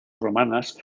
romanas